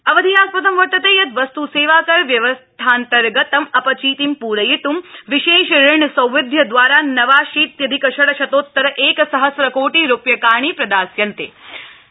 अवधेयास् दं वर्तते यत् वस्त सेवाकर व्यवस्थान्तर्गत अपिचितिं प्रयित् विशेष ऋण सौविध्य दवारा नवाशीत्यधिक षङ्शतोत्तर एक सहस्रकोटि रुप्यकाणि प्रदास्यन्ते इति